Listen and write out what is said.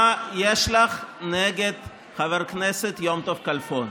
מה יש לך נגד חבר הכנסת יום טוב כלפון?